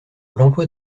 l’emploi